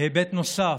היבט נוסף,